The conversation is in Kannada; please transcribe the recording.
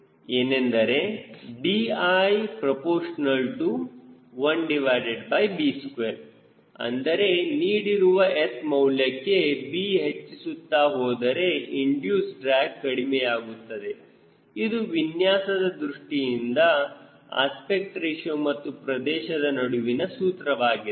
ಏನೆಂದರೆ Di∝1b2 ಅಂದರೆ ನೀಡಿರುವ S ಮೌಲ್ಯಕ್ಕೆ b ಹೆಚ್ಚಿಸುತ್ತಾ ಹೋದರೆ ಇಂಡಿಯೂಸ್ ಡ್ರ್ಯಾಗ್ ಕಡಿಮೆ ಆಗುತ್ತದೆ ಇದು ವಿನ್ಯಾಸದ ದೃಷ್ಟಿಯಿಂದ ಅಸ್ಪೆಕ್ಟ್ ರೇಶಿಯೋ ಮತ್ತು ಪ್ರದೇಶದ ನಡುವಿನ ಸೂತ್ರವಾಗಿದೆ